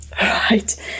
Right